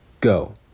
go